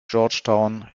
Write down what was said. georgetown